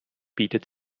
bietet